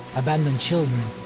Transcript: abandoned children,